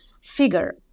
figure